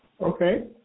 Okay